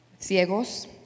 ciegos